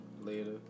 later